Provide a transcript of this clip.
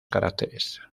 caracteres